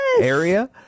area